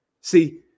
See